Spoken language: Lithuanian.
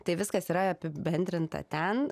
tai viskas yra apibendrinta ten